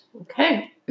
okay